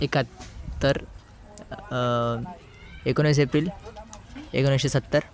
एकात्तर एकोणावीस एप्रिल एकोणीसशे सत्तर